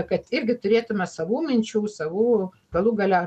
kad irgi turėtume savų minčių savų galų gale